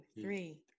three